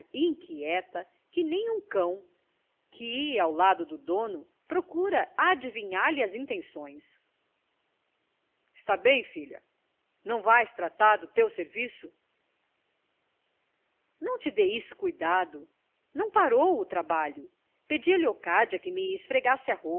inquieta que nem um cão que ao lado do dono procura adivinhar lhe as intenções stá bem filha não vais tratar do teu serviço não te dê isso cuidado não parou o trabalho pedi à leocádia que me esfregasse a